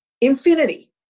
infinity